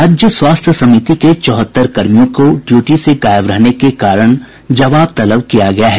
राज्य स्वास्थ्य समिति के चौहत्तर कर्मियों को ड्यूटी से गायब रहने के कारण जवाब तलब किया गया है